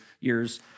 years